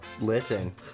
listen